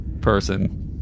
person